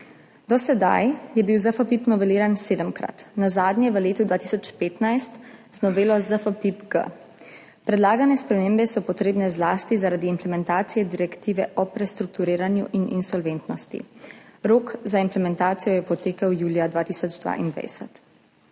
Do sedaj je bil ZFPPIPP noveliran sedemkrat, nazadnje v letu 2015 z novelo ZFPPIPP-G. Predlagane spremembe so potrebne zlasti zaradi implementacije Direktive o prestrukturiranju in insolventnosti – rok za implementacijo je potekel julija 2022